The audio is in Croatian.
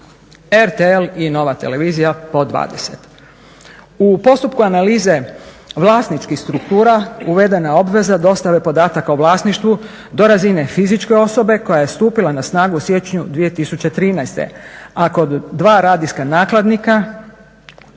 RTL i NOVA televizija po 20. U postupku analize vlasničkih struktura uvedena je obveza dostave podataka o vlasništvu do razine fizičke osobe koja je stupila na snagu u siječnju 2013. A kod dva radijska nakladnika